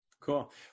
cool